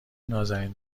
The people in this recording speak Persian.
نازنین